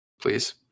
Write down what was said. please